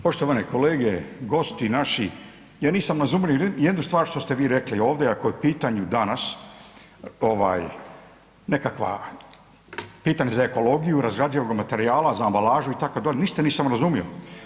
Poštovane kolege, gosti naši ja nisam razumio ni jednu stvar što ste vi rekli ovdje, ako je u pitanju danas ovaj nekakva pitam za ekologiju razgrađenog materijala za ambalažu itd. ništa nisam razumio.